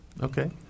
Okay